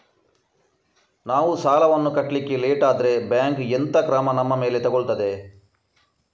ನಾವು ಸಾಲ ವನ್ನು ಕಟ್ಲಿಕ್ಕೆ ಲೇಟ್ ಆದ್ರೆ ಬ್ಯಾಂಕ್ ಎಂತ ಕ್ರಮ ನಮ್ಮ ಮೇಲೆ ತೆಗೊಳ್ತಾದೆ?